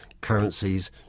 currencies